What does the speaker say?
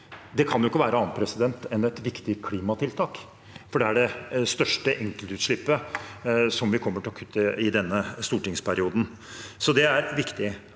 Det kan jo ikke være annet enn et viktig klimatiltak, for det er det største enkeltutslippet vi kommer til å kutte i denne stortingsperioden. Det er viktig.